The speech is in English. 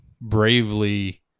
bravely